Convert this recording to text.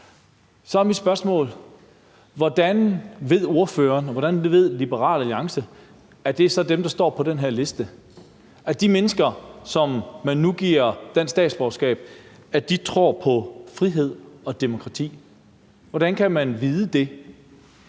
Så er mit spørgsmål: Hvordan ved ordføreren og Liberal Alliance, at det så gælder dem, der står på den her liste, altså at de mennesker, som man nu giver dansk statsborgerskab, tror på frihed og demokrati? Hvordan kan man vide det?